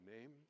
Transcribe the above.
name